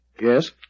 Yes